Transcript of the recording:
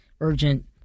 urgent